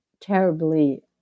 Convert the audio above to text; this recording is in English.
terribly